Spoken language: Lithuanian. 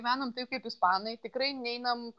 gyvenam taip kaip ispanai tikrai neinam